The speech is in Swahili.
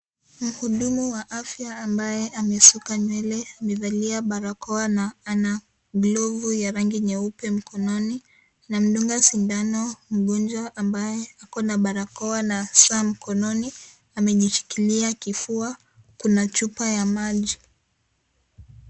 Mhudumu wa afya ambaye amesukwa nywele amevalia barakoa na ana glovu ya rangi nyeupe mkononi anamdunga sindano mgonjwa ambaye ako na barakoa na saa mkononi, amejishikilia kifua kuna chupa ya maji.